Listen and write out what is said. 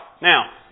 Now